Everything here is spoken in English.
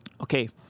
Okay